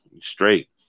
straight